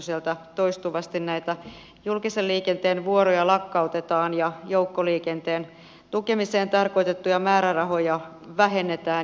sieltä toistuvasti näitä julkisen liikenteen vuoroja lakkautetaan ja joukkoliikenteen tukemiseen tarkoitettuja määrärahoja vähennetään